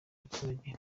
abaturage